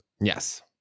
Yes